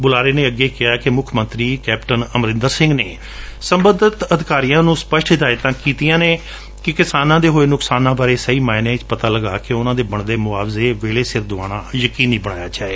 ਬੁਲਾਰੇ ਨੇ ਅੱਗੇ ਕਿਹਾ ਕਿ ਮੁੱਖਮੰਤਰੀ ਕੈਪਟਨ ਅਮਰਿੰਦਰ ਸਿੰਘ ਨੇ ਸਬੰਧਤ ਅਧਿਕਾਰੀਆਂ ਨੂੰ ਸਪਸ਼ਟ ਹਿਦਾਇਤਾਂ ਕੀਤੀਆਂ ਨੇ ਕਿ ਕਿਸਾਨਾਂ ਦੇ ਹੋਏ ਨੁਕਸਾਨਾਂ ਬਾਰੇ ਸਹੀ ਮਾਇਨਿਆਂ ਵਿੱਚ ਮਤਾ ਲਗਾ ਕੇ ਉਨੁਾਂ ਨੂੰ ਬਦਲੇ ਮੁਆਵਜੇ ਵੇਲੇ ਸਿਰ ਦਵਾਉਣਾ ਯਕੀਨੀ ਬਣਾਇਆ ਜਾਵੇ